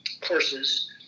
courses